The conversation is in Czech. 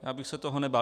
Já bych se toho nebál.